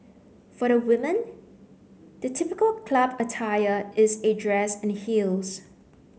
for the women the typical club attire is a dress and heels